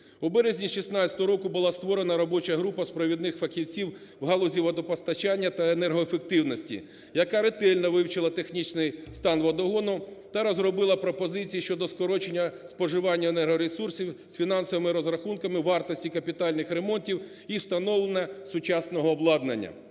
У березня 2016 року була створена робоча група з провідних фахівців у галузі водопостачання та енергоефективності, яка ретельно вивчила технічний стан водогону та розробила пропозиції щодо скорочення споживання енергоресурсів з фінансовими розрахунками вартості капітальних ремонтів і встановлення сучасного обладнання.